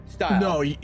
No